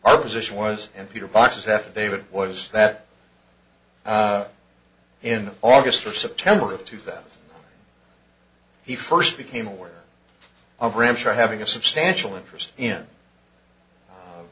our position was and peter box affidavit was that in august or september of two that he first became aware of rancher having a substantial interest in